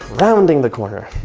rounding the corner.